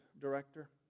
director